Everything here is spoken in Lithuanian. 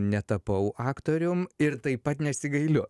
netapau aktorium ir taip pat nesigailiu